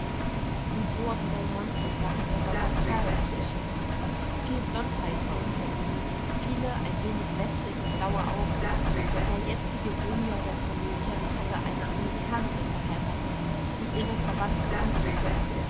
die buondelmonti waren besonders zahlreich erschienen viel blondheit war unter ihnen viele ein wenig wässerige blaue augen der jetzige senior der familie hatte eine amerikanerin geheiratet die ihre verwandten um sich hatte